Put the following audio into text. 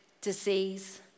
disease